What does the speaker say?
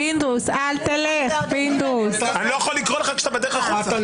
פינדרוס, אני לא יכול לקרוא לך כשאתה בדרך החוצה.